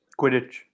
Quidditch